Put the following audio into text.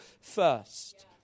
first